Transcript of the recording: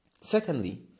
Secondly